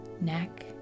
neck